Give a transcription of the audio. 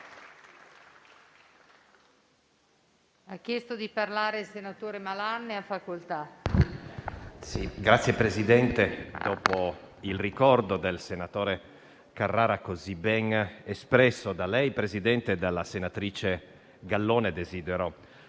Signor Presidente, dopo il ricordo del senatore Carrara, così ben espresso da lei, Presidente, e dalla senatrice Gallone, desidero